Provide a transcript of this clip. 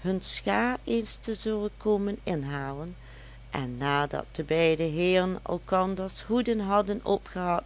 hun scha eens te zullen komen inhalen en nadat de beide heeren elkanders hoeden hadden opgehad